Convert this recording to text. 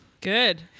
Good